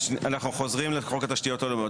אנחנו חוזרים לחוק התשתיות הלאומיות.